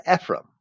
Ephraim